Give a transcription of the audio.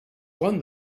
one